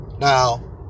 Now